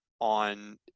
on